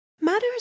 Matters